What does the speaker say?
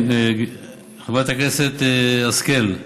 חברת הכנסת השכל,